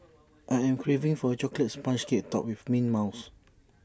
I am craving for A Chocolate Sponge Cake Topped with mint mouse